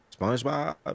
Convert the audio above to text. Spongebob